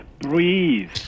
breathe